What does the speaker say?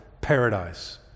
paradise